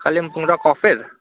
कालिम्पोङ र कफेर